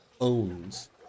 owns